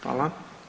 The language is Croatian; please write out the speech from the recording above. Hvala.